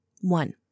One